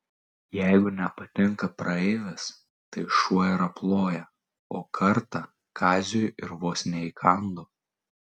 jeigu nepatinka praeivis tai šuo ir aploja o kartą kaziui ir vos neįkando